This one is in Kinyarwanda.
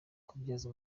kubyaza